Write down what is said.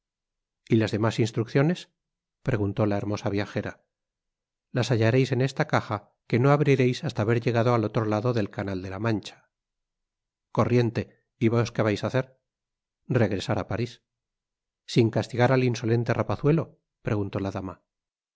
y las demás instrucciones preguntó la hermosa viajera las hallaréis en esta caja que no abriréis hasta haber llegado al otro lado del canal de la mancha content from google book search generated at corriente y vos qué vais á hacer regresar á parís sin castigar al insolente rapazuelo preguntó la dama